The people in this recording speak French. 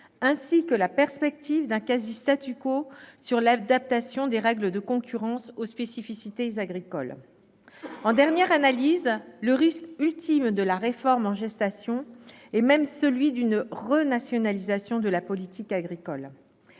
ainsi que la perspective d'un quasi-sur l'adaptation des règles de concurrence aux spécificités agricoles. En dernière analyse, le risque ultime de la réforme en gestation est même celui d'une renationalisation de la politique agricole.